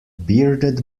bearded